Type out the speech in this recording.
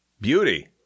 beauty